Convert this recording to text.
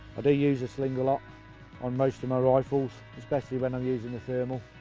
but use a sling a lot on most of my rifles especially when i'm using the thermal,